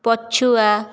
ପଛୁଆ